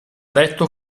detto